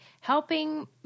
helping